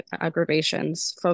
aggravations